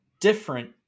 different